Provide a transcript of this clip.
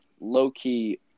low-key